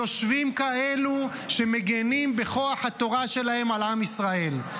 יושבים כאלה שמגינים בכוח התורה שלהם על עם ישראל.